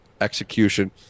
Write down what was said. execution